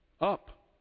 up